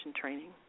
training